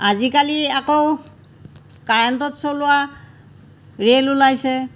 আজিকালি আকৌ কাৰেণ্টত চলোৱা ৰেল ওলাইছে